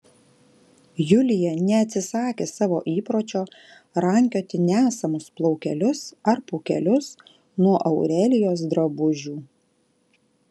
julija neatsisakė savo įpročio rankioti nesamus plaukelius ar pūkelius nuo aurelijos drabužių